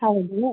ಹೌದು